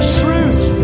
truth